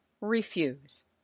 refuse